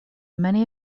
many